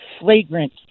flagrant